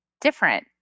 different